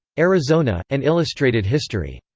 arizona, an illustrated history.